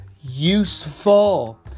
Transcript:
useful